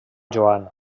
joan